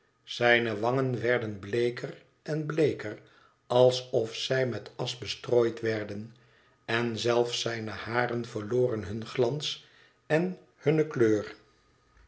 zijne wangen werden bleeker en bleeker alsof zij met asch bestrooid werden en zelfs zijne haren verloren hun glans en hunne kleur